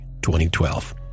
2012